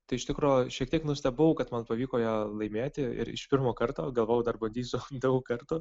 tai iš tikro šiek tiek nustebau kad man pavyko ją laimėti ir iš pirmo karto galvojau dar bandysiu daug kartų